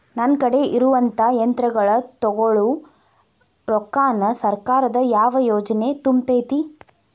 ನನ್ ಕಡೆ ಇರುವಂಥಾ ಯಂತ್ರಗಳ ತೊಗೊಳು ರೊಕ್ಕಾನ್ ಸರ್ಕಾರದ ಯಾವ ಯೋಜನೆ ತುಂಬತೈತಿ?